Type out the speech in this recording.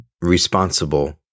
responsible